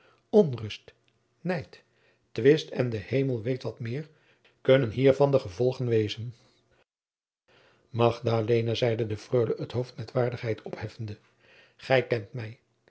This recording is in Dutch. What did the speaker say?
onrust nijd twist en de hemel weet wat meer kunnen hiervan de gevolgen wezen magdalena zeide de freule het hoofd met waardigheid opheffende gij kent mij